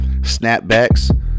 snapbacks